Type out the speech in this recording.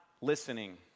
listening